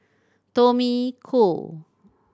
Tommy Koh